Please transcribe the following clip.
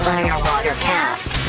Firewatercast